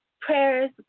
prayers